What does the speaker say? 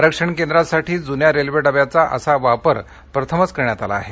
आरक्षण केंद्रासाठी जुन्या रेल्वे डब्याचा असा वापर प्रथमच करण्यात आला आहे